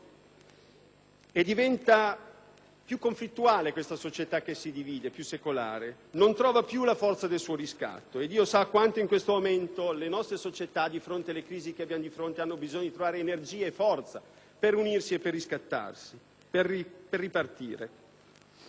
diventa più conflittuale, più secolare; non trova più la forza del suo riscatto e Dio sa quanto in questo momento le nostre società, di fronte alle crisi che abbiamo di fronte, hanno bisogno di trovare energie e forza per unirsi, per riscattarsi e ripartire.